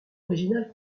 originale